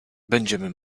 będziemy